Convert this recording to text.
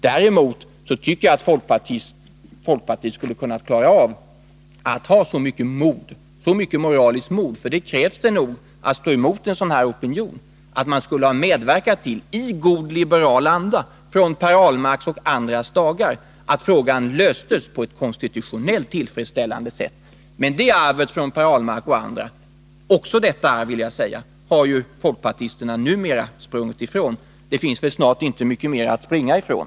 Däremot tycker jag att folkpartisterna skulle kunna klara av att ha så mycket moraliskt mod — för det krävs det nog för att kunna stå emot en sådan opinion — och att de skulle ha medverkat till, i god liberal anda från Per Ahlmarks och andras dagar, att frågan löstes på ett konstitutionellt tillfredsställande sätt. Men det arvet från Per Ahlmark och andra — också detta vill jag säga — har ju folkpartisterna numera sprungit ifrån. Det finns väl snart inte mycket mera att springa ifrån.